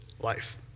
life